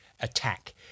attack